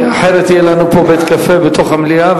כי אחרת יהיה לנו פה בית-קפה בתוך המליאה,